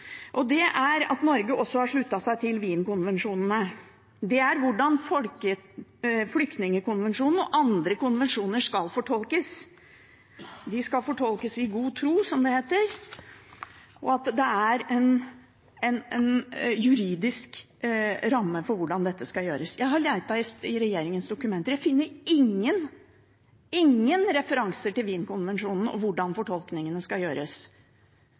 Det er at Norge også har sluttet seg til Wien-konvensjonen, om hvordan flyktningkonvensjonen og andre konvensjoner skal fortolkes. De skal fortolkes i god tro, som det heter, og det er en juridisk ramme for hvordan dette skal gjøres. Jeg har lett i regjeringens dokumenter. Jeg finner ingen referanser til Wien-konvensjonen og hvordan fortolkningene skal gjøres.